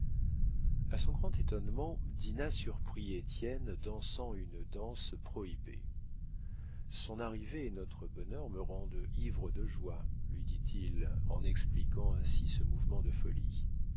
a son grand étonnement dinah surprit étienne dansant une danse prohibée ton arrivée et notre bonheur me rendent ivre de joie lui dit-il en lui expliquant ainsi ce mouvement de folie